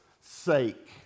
sake